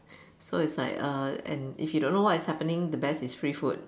so it's like err and if you don't know what's happening the best is free food